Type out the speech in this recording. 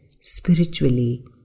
spiritually